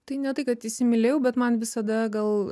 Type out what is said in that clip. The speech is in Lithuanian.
tai ne tai kad įsimylėjau bet man visada gal